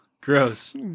gross